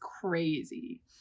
crazy